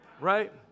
right